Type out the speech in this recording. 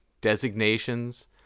designations